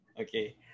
Okay